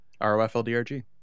R-O-F-L-D-R-G